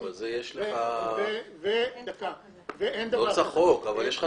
אבל זה יש לך לא את החוק אבל יש לך